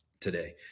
today